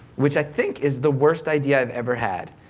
which i think is the worst idea i've ever had.